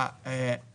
אני